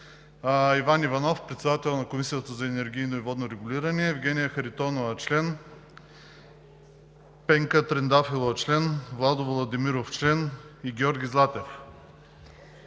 Иван Иванов – председател на Комисията за енергийно и водно регулиране, Евгения Харитонова – член, Пенка Трендафилова – член, Владо Владимиров – член, и Георги Златев.